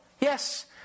yes